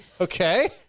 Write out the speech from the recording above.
Okay